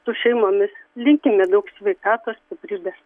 su šeimomis linkime daug sveikatos stiprybės